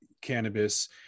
cannabis